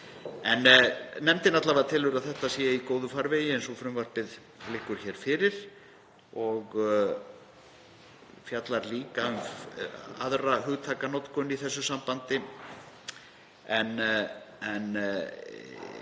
telur alla vega að þetta sé í góðum farvegi eins og frumvarpið liggur fyrir og fjallar líka um aðra hugtakanotkun í þessu sambandi en